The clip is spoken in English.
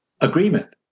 agreement